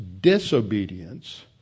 disobedience